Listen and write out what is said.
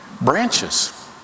Branches